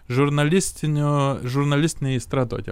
žurnalistiniu žurnalistine aistra tokia